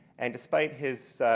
and despite his